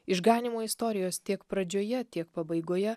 išganymo istorijos tiek pradžioje tiek pabaigoje